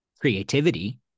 creativity